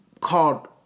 called